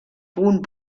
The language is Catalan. punt